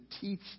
teach